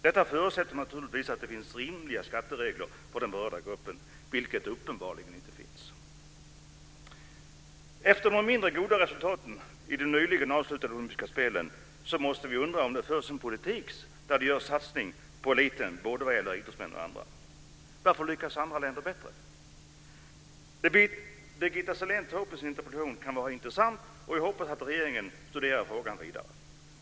Detta förutsätter naturligtvis att det finns rimliga skatteregler för den berörda gruppen - vilket det uppenbarligen inte finns. Efter de mindre goda resultaten i de nyligen avslutade nordiska spelen måste vi undra om det förs en politik där det satsas på eliten - både för idrottsmän och för andra. Varför lyckas andra länder bättre? Det Birgitta Sellén tar upp i sin interpellation är intressant, och jag hoppas att regeringen studerar frågan vidare.